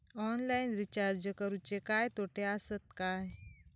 Online recharge करुचे काय तोटे आसत काय?